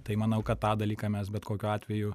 tai manau kad tą dalyką mes bet kokiu atveju